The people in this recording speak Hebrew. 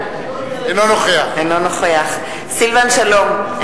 אינו נוכח סילבן שלום,